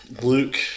Luke